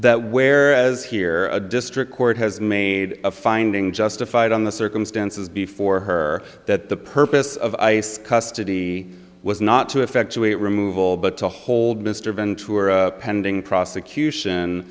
that whereas here a district court has made a finding justified on the circumstances before her that the purpose of ice custody was not to effectuate removal but to hold mr ventura pending prosecution